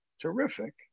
terrific